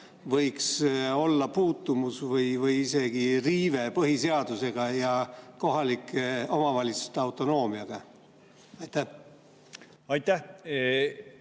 võiks olla puutumus või isegi riive põhiseadusega ja kohalike omavalitsuste autonoomiaga? Aitäh,